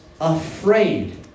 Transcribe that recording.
afraid